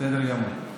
בסדר גמור.